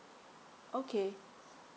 okay